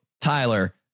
Tyler